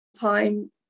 time